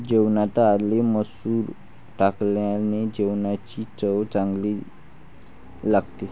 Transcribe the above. जेवणात आले मसूर टाकल्याने जेवणाची चव चांगली लागते